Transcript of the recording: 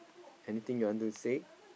anything you want to say